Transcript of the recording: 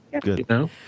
Good